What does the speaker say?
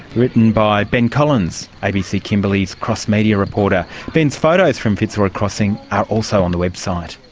written by ben collins, abc kimberley's cross media reporter. ben's photos from fitzroy crossing are also on the website.